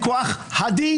תענה ליו"ר.